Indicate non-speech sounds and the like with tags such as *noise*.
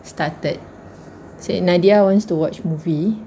*breath* started said nadia wants to watch movie